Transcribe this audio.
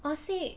honestly